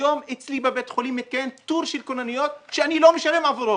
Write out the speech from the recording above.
היום אצלי בבית החולים מתקיים תור של כוננויות כשאני לא משלם עבורו.